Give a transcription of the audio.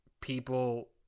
people